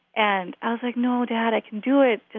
and i was like, no, dad, i can do it.